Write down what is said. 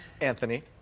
Anthony